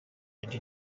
indi